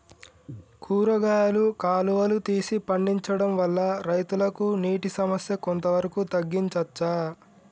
కూరగాయలు కాలువలు తీసి పండించడం వల్ల రైతులకు నీటి సమస్య కొంత వరకు తగ్గించచ్చా?